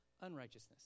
Unrighteousness